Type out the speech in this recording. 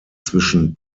zwischen